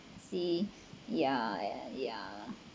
see ya ya ya